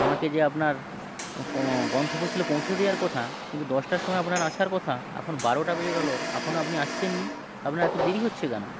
আমাকে যে আপনার গন্তব্যস্থলে পৌঁছে দেওয়ার কথা কিন্তু দশটার সময় আপনার আসার কথা এখন বারোটা বেজে গেল এখনও আপনি আসছেন না আপনার এত দেরি হচ্ছে কেন